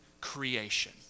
creation